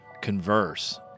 converse